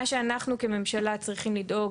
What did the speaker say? מה שאנחנו כממשלה צריכים לדאוג,